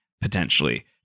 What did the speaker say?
potentially